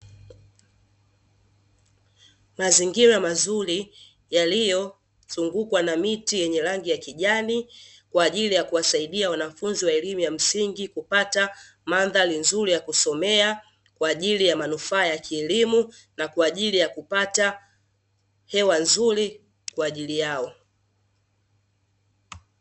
Mazingira mazuri yaliyozungukwa na miti yenye rangi ya kijani, kwa ajili ya kuwasaidia wanafunzi wa elimu ya msingi kupata mandhari nzuri ya kusomea, kwa ajili ya manufaa ya kilimo na kwa ajili ya kupata hewa nzuri kwa ajili yao.